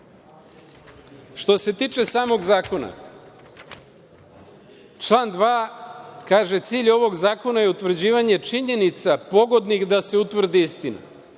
se tiče samog zakona, član 2. kaže: „Cilj ovog zakona je utvrđivanje činjenica pogodnih da se utvrdi istina“.